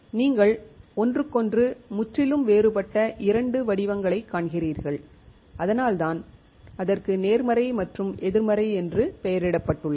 நீங்கள் ஒன்றுக்கொன்று முற்றிலும் வேறுபட்ட இரண்டு வடிவங்களைக் காண்கிறீர்கள் அதனால்தான் அதற்கு நேர்மறை மற்றும் எதிர்மறை என்று பெயரிடப்பட்டுள்ளது